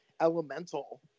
elemental